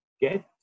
get